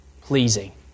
pleasing